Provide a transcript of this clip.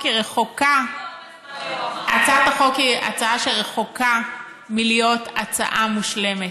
היא הצעה שרחוקה מלהיות הצעה מושלמת.